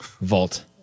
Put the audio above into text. Vault